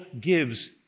gives